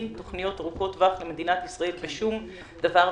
תוכניות ארוכות טווח במדינת ישראל בשום דבר ועניין,